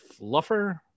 fluffer